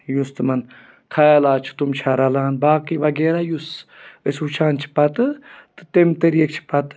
یُس تِمَن خیالات چھُ تِم چھا رَلان باقٕے وغیرہ یُس أسۍ وٕچھان چھِ پَتہٕ تہٕ تمہِ طریٖقہٕ چھِ پَتہٕ